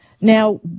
Now